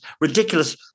ridiculous